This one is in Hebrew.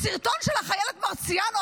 הסרטון של החיילת מרציאנו,